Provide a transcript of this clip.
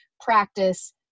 practice